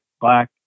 black